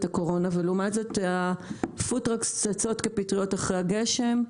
הקורונה ולעומת זה הפוד-טרקס צצים כפטריות אחרי הגשם.